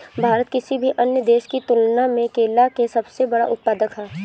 भारत किसी भी अन्य देश की तुलना में केला के सबसे बड़ा उत्पादक ह